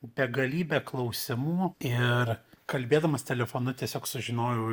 begalybė klausimų ir kalbėdamas telefonu tiesiog sužinojau